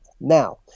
Now